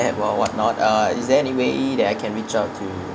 or what not uh is there any way that I can reach out to